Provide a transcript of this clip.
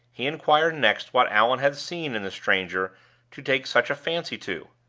he inquired next what allan had seen in the stranger to take such a fancy to?